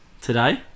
today